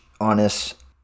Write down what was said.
honest